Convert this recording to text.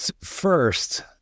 First